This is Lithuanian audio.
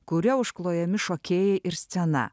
kuriuo užklojami šokėjai ir scena